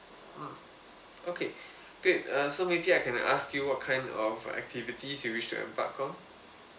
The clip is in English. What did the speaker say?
mm okay good uh so maybe I can ask you what kind of activities you wish to embark on